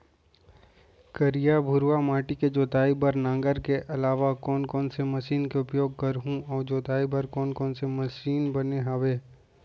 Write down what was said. करिया, भुरवा माटी के जोताई बर नांगर के अलावा कोन कोन से मशीन के उपयोग करहुं अऊ जोताई बर कोन कोन से मशीन बने हावे?